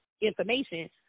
information